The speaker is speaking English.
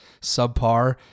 Subpar